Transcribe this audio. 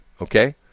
okay